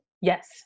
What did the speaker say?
Yes